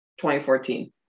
2014